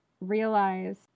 realize